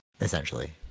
essentially